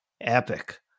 Epic